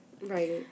Right